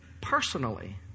personally